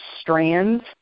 strands